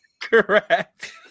Correct